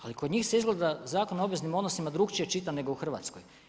Ali kod njih se izgleda Zakon o obveznim odnosima drukčije čita nego u Hrvatskoj.